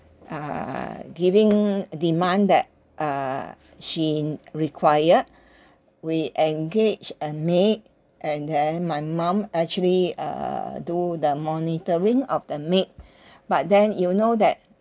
uh giving demand that (err)she's been required we engaged a maid and then my mum actually uh do the monitoring of the maid but then you know that